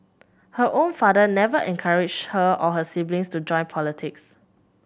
her own father never encouraged her or her siblings to join politics